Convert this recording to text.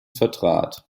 vertrat